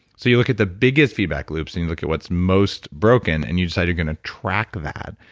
so you look at the biggest feedback loops and you look at what's most broken, and you decide you're going to track that,